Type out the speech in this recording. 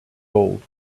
gold